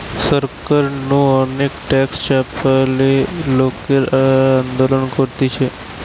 সরকার নু অনেক ট্যাক্স চাপালে লোকরা আন্দোলন করতিছে